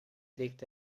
legte